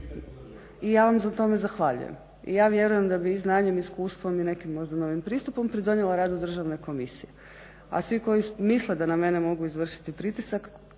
I ja vam na tome zahvaljujem. I ja vjerujem da bi i znanjem i iskustvom i nekim možda novim pristupom pridonijela radu Državne komisije. A svi koji misle da na mene mogu izvršiti pritisak